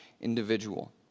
individual